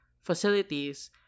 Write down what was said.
facilities